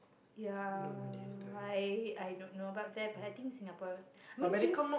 ya I I don't know but there I think Singapore I mean since